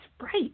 right